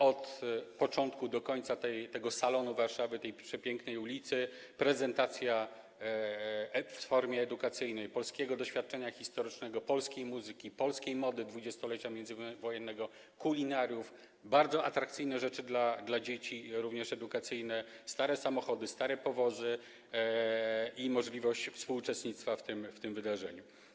Od początku do końca tego salonu Warszawy, tej przepięknej ulicy, prezentacja w formie edukacyjnej polskiego doświadczenia historycznego, polskiej muzyki, polskiej mody 20-lecia międzywojennego, kulinariów, bardzo atrakcyjne rzeczy dla dzieci, również edukacyjne, stare samochody, stare powozy i możliwość współuczestnictwa w tym wydarzeniu.